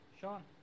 Sean